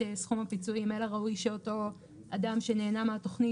סכום הפיצויים אלא ראוי שאותו אדם שנהנה מהתוכנית,